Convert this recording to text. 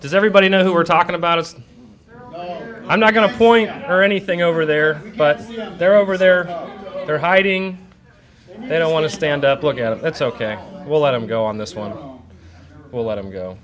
does everybody know who we're talking about as i'm not going to point or anything over there but you know they're over there they're hiding they don't want to stand up look at it that's ok we'll let him go on this one we'll let him go